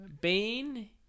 Bane